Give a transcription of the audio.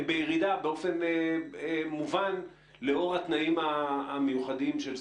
הם בירידה באופן מובן לאור התנאים המיוחדים של סגרים,